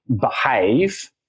behave